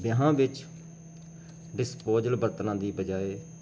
ਵਿਆਹਾਂ ਵਿੱਚ ਡਿਸਪੋਜਲ ਵਰਤਣ ਦੀ ਬਜਾਏ